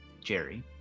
Jerry